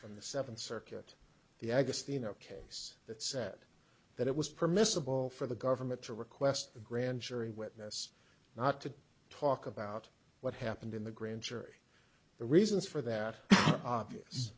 from the seventh circuit the agast you know case that said that it was permissible for the government to request the grand jury witness not to talk about what happened in the grand jury the reasons for that obvious